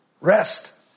rest